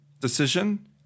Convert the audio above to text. decision